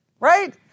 right